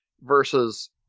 versus